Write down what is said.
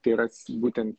tai yra būtent